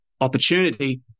opportunity